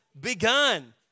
begun